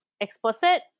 explicit